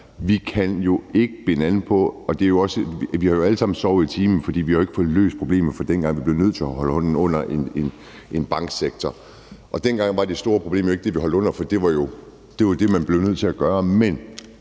penge. Virkeligheden er, at vi alle sammen har sovet i timen, for vi har jo ikke fået løst problemet, fra dengang vi blev nødt til at holde hånden under en banksektor. Dengang var det store problem jo ikke det, at vi holdt hånden under, for det var jo det, man blev nødt til at gøre.